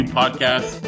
podcast